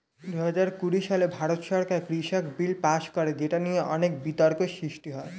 দুহাজার কুড়ি সালে ভারত সরকার কৃষক বিল পাস করে যেটা নিয়ে অনেক বিতর্ক সৃষ্টি হয়